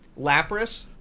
Lapras